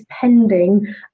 pending